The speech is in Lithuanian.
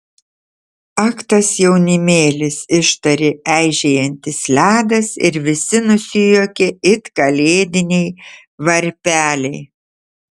ak tas jaunimėlis ištarė eižėjantis ledas ir visi nusijuokė it kalėdiniai varpeliai